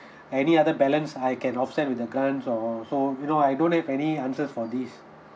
any other balance I can offset with the grants or so you know I don't have any answers for this